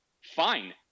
Fine